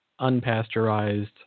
unpasteurized